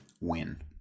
win